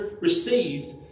received